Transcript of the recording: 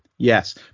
Yes